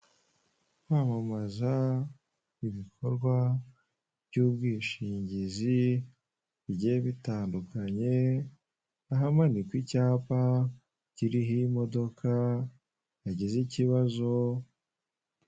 Kwamamaza ibikorwa by'ubwishingizi bigiye bitandukanye, ahamanikwa icyapa kiriho imodoka yagize ikibazo.